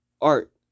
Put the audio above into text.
art